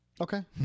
Okay